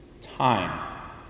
time